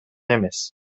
эмес